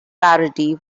parody